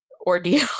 ordeal